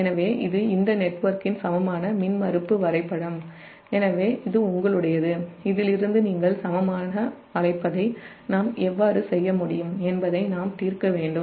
எனவே இது இந்த நெட்வொர்க்கின் சமமான மின்மறுப்பு வரைபடம் எனவே இது உங்களுடையது இதிலிருந்து நீங்கள் சமமாக அழைப்பதை நாம் எவ்வாறு செய்ய முடியும் என்பதை நாம் தீர்க்க வேண்டும்